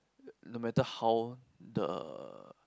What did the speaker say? no matter how the